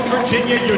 Virginia